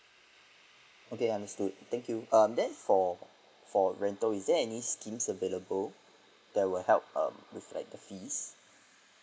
okay understood thank you um then for for rental is there any schemes available they will help um with the fees